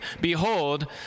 Behold